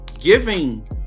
giving